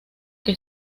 que